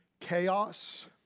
chaos